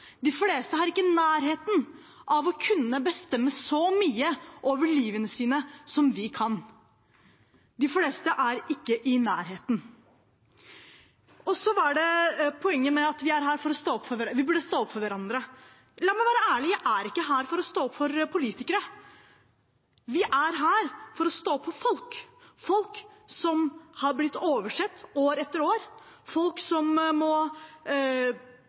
De fleste er ikke i nærheten av å kunne bestemme så mye over livet sitt som vi kan. De fleste er ikke i nærheten. Så til poenget om at vi burde stå opp for hverandre. La meg være ærlig: Jeg er ikke her for å stå opp for politikere. Vi er her for å stå opp for folk – folk som har blitt oversett år etter år, folk som må